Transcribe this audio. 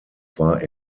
war